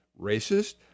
racist